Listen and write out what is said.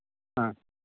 ആ